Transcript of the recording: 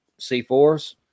C4s